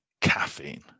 caffeine